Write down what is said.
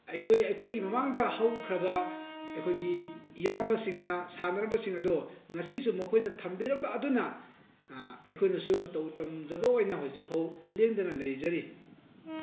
ꯑꯩꯈꯣꯏ ꯑꯩꯈꯣꯏ ꯃꯃꯥꯡꯗ ꯍꯧꯈ꯭ꯔꯕ ꯑꯩꯈꯣꯏꯒꯤ ꯏꯌꯥꯝꯕꯁꯤꯡꯅ ꯁꯥꯟꯅꯔꯝꯕꯁꯤꯡ ꯑꯗꯣ ꯉꯁꯤꯁꯨ ꯃꯈꯣꯏꯅ ꯊꯝꯕꯤꯔꯝꯕ ꯑꯗꯨꯅ ꯑꯩꯈꯣꯏꯅꯁꯨ ꯃꯇꯧ ꯇꯝꯖꯕ ꯑꯣꯏꯅ ꯍꯧꯖꯤꯛ ꯐꯥꯎꯕ ꯂꯦꯡꯗꯅ ꯂꯩꯖꯔꯤ